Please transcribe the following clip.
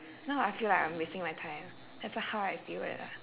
now I feel like I'm wasting my time that's how I feel it lah